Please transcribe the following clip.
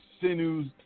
sinews